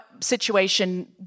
situation